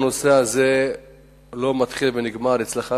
הנושא הזה לא מתחיל ונגמר אצלך,